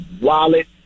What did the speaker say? wallet